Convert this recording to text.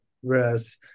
whereas